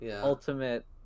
ultimate